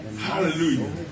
Hallelujah